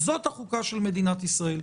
זאת החוקה של מדינת ישראל.